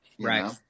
Right